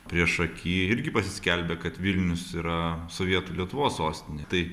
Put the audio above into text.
priešaky irgi pasiskelbė kad vilnius yra sovietų lietuvos sostinė tai